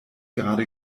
gerade